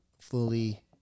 fully